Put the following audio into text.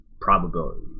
probability